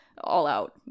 all-out